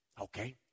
Okay